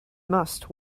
must